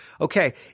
Okay